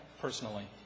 personally